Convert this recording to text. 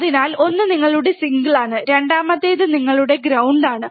അതിനാൽ ഒന്ന് നിങ്ങളുടെ സിംഗിൾ ആണ് രണ്ടാമത്തേത് നിങ്ങളുടെ ഗ്രൌണ്ടാണ്